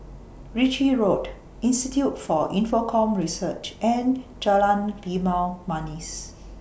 Ritchie Road Institute For Infocomm Research and Jalan Limau Manis